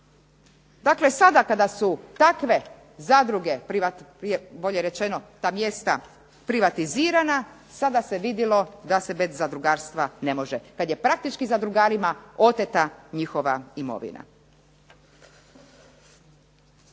dakle sada kada su takve zadruge bolje rečeno ta mjesta privatizirana sada se vidjelo da se bez zadrugarstva ne može, kad je praktički zadrugarima oteta njihova imovina.